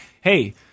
Hey